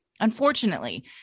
Unfortunately